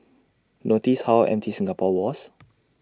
notice how empty Singapore was